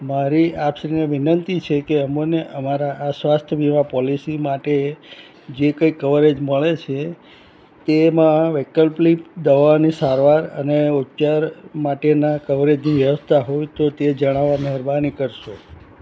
મારી આપશ્રીને વિનંતી છે કે અમોને અમારા આ સ્વાસ્થ્ય વીમા પોલિસી માટે જે કંઇ કવરેજ મળે છે એમાં વૈકલ્પિક દવાઓની સારવાર અને ઉપચાર માટેના કવરેજની વ્યવસ્થા હોય તો તે જણાવવા મહેરબાની કરશો